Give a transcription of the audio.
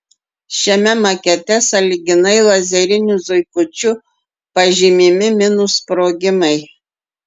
šiame makete sąlyginai lazeriniu zuikučiu pažymimi minų sprogimai